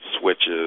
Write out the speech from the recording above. switches